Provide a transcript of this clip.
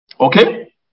Okay